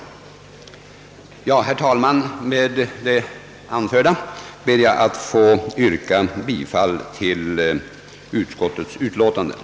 Herr talman! Med det anförda ber jag att få yrka bifall till utskottets hemställan.